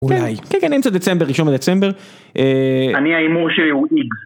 אולי, כן כן, אמצע דצמבר, ראשון דצמבר, אני ההימור שלי הוא איקס